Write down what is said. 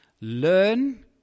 Learn